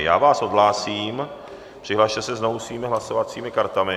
Já vás odhlásím, přihlaste se znovu svými hlasovacími kartami.